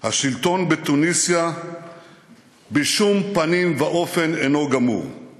"השלטון בתוניסיה בשום פנים ואופן אינו גמור";